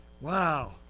Wow